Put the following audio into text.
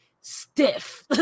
stiff